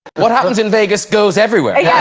what happens in vegas goes everywhere yeah